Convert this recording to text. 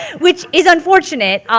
which is unfortunate, ah